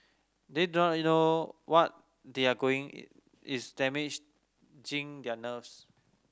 they don't know what they are going is damaging their nerves